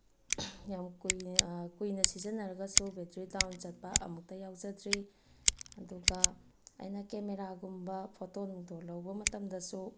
ꯌꯥꯝ ꯀꯨꯏꯅ ꯁꯤꯖꯤꯟꯅꯔꯒꯁꯨ ꯕꯦꯇ꯭ꯔꯤ ꯗꯥꯎꯟ ꯆꯠꯄ ꯑꯃꯨꯛꯇ ꯌꯥꯎꯖꯗ꯭ꯔꯤ ꯑꯗꯨꯒ ꯑꯩꯅ ꯀꯦꯃꯦꯔꯥꯒꯨꯝꯕ ꯐꯣꯇꯣ ꯅꯨꯡꯇꯣ ꯂꯧꯕ ꯃꯇꯝꯗꯁꯨ